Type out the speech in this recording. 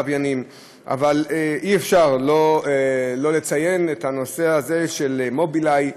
אבל אי-אפשר שלא לציין את הנושא הזה של "מובילאיי",